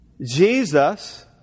Jesus